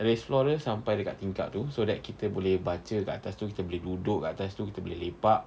raised floor dia sampai dekat tingkap tu so that kita boleh baca kat atas tu kita boleh duduk kat atas tu kita boleh lepak